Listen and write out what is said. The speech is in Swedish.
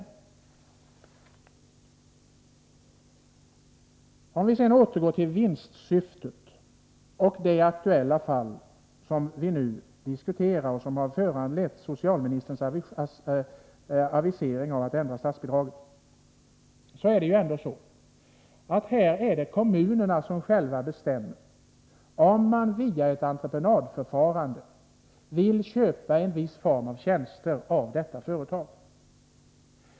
i RS rS: , 5 Om sstatsbidragen Om vi så återgår till vinstsyftet och det aktuella fall som vi nu diskuterar till privata daghem, och som har föranlett socialministerns avisering om att ändra statsbidragssy = mm m stemet, är det ändå så att här bestämmer kommunerna själva om de via ett entreprenadförfarande vill köpa en viss form av tjänster av detta företag.